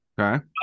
Okay